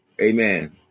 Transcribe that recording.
amen